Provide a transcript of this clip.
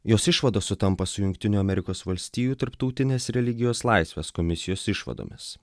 jos išvados sutampa su jungtinių amerikos valstijų tarptautinės religijos laisvės komisijos išvadomis